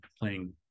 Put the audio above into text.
playing